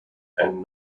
and